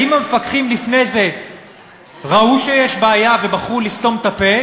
האם המפקחים לפני זה ראו שיש בעיה ובחרו לסתום את הפה